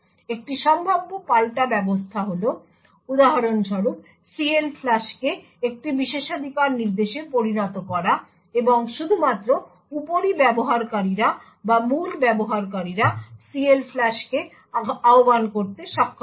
একটি সম্ভাব্য পাল্টা ব্যবস্থা হল উদাহরণস্বরূপ CLFLUSH কে একটি বিশেষাধিকার নির্দেশে পরিণত করা এবং শুধুমাত্র উপরি ব্যবহারকারীরা বা মূল ব্যবহারকারীরা CLFLUSH কে আহ্বান করতে সক্ষম হবে